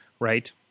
right